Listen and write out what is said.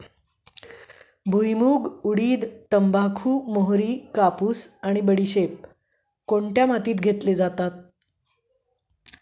भुईमूग, उडीद, तंबाखू, मोहरी, कापूस आणि बडीशेप कोणत्या मातीत घेतली जाते?